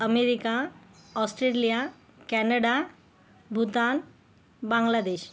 America Australia Canada Bhutan Bangladesh